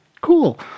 cool